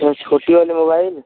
तो छोटी वाली मोबाइल